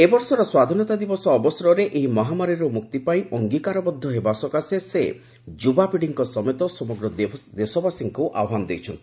ଏବର୍ଷର ସ୍ୱାଧୀନତା ଦିବସ ଅବସରରେ ଏହି ମହାମାରୀରୁ ମୁକ୍ତି ପାଇଁ ଅଙ୍ଗୀକାରବଦ୍ଧ ହେବା ସକାଶେ ସେ ଯୁବାପିଡ଼ିଙ୍କ ସମେତ ସମଗ୍ର ଦେଶବାସୀଙ୍କୁ ଆହ୍ୱାନ କରିଛନ୍ତି